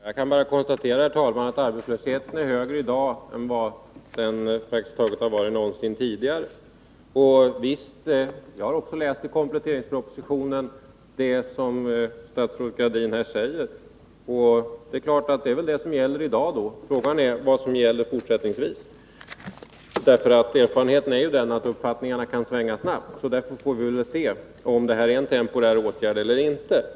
Herr talman! Jag kan bara konstatera att arbetslösheten i dag är högre än vad den har varit någonsin tidigare. Jag har också läst i kompletteringspropositionen det som statsrådet Gradin här talar om, och det är väl det som gäller i dag. Frågan är vad som gäller fortsättningsvis. Erfarenheten är att uppfattningarna kan svänga snabbt, och därför får vi väl se om detta är en temporär åtgärd eller inte.